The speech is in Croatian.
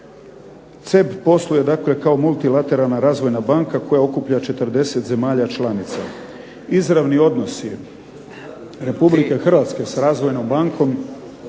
CEB posluje dakle kao multilateralna razvojna banka koja okuplja 40 zemalja članica. Izravni odnosi Republike Hrvatske s Razvojnom bankom